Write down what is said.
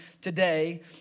today